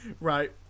Right